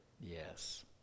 Yes